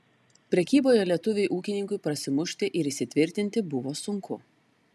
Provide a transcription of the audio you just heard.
prekyboje lietuviui ūkininkui prasimušti ir įsitvirtinti buvo sunku